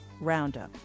Roundup